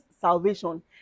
salvation